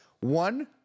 one